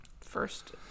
first